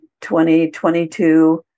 2022